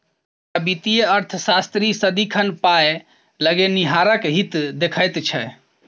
एकटा वित्तीय अर्थशास्त्री सदिखन पाय लगेनिहारक हित देखैत छै